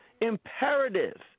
imperative